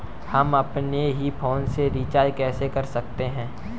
हम अपने ही फोन से रिचार्ज कैसे कर सकते हैं?